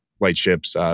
Lightship's